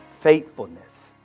faithfulness